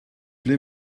ble